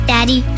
Daddy